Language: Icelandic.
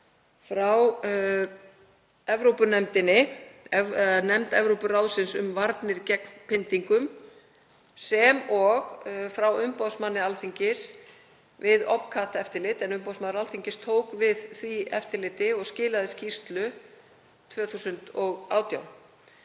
fram frá nefnd Evrópuráðsins um varnir gegn pyndingum sem og frá umboðsmanni Alþingis við OPCAT-eftirlit, en umboðsmaður Alþingis tók við því eftirliti og skilaði skýrslu 2018.